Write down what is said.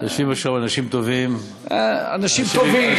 יושבים שם אנשים טובים, אה, אנשים טובים.